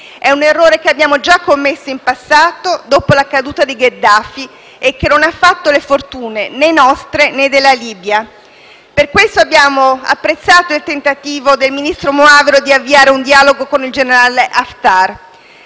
È un errore che abbiamo già commesso in passato, dopo la caduta di Gheddafi, e che non ha fatto le fortune nostre, né della Libia. Per questo motivo, abbiamo apprezzato il tentativo del ministro Moavero Milanesi di avviare un dialogo con il generale Haftar.